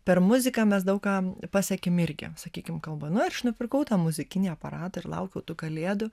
per muziką mes daug ką pasiekiam irgi sakykim kalba nuir aš nupirkau tą muzikinį aparatą ir laukiau tų kalėdų